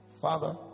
Father